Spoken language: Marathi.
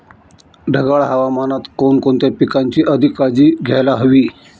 ढगाळ हवामानात कोणकोणत्या पिकांची अधिक काळजी घ्यायला हवी?